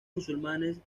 musulmanes